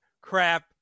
Crap